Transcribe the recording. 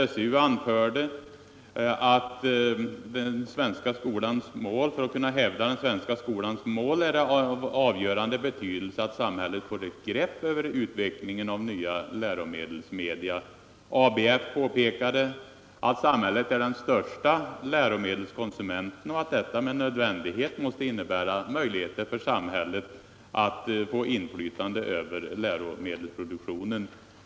SSU anförde att det för att hävda den svenska skolans mål är av avgörande betydelse att samhället får grepp över utvecklingen av nya läromedelsmedia. ABF påpekade att samhället är den största läromedelskonsumenten och att detta med nödvändighet måste innebära möjligheter för samhället att få inflytande över läromedelsproduktionen.